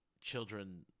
children